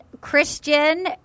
Christian